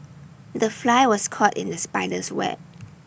the fly was caught in the spider's web